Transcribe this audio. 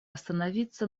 остановиться